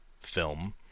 film